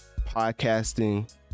podcasting